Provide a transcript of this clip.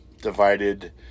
divided